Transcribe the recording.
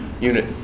unit